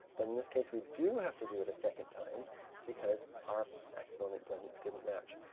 but in this case, we do have to do it a second time because our exponent didn't didn't match.